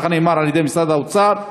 ככה נאמר על-ידי משרד האוצר.